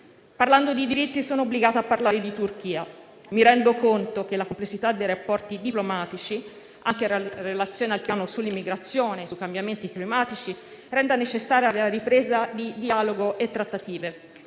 Parlando di diritti sono obbligata a parlare di Turchia. Mi rendo conto che la complessità dei rapporti diplomatici, anche in relazione al piano sull'immigrazione e sui cambiamenti climatici, renda necessaria la ripresa di dialogo e trattative.